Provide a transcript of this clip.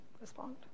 respond